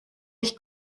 ich